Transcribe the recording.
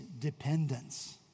dependence